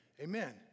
Amen